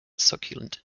succulent